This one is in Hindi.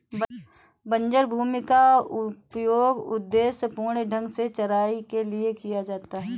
बंजर भूमि का उपयोग उद्देश्यपूर्ण ढंग से चराई के लिए किया जा सकता है